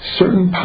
certain